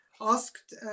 asked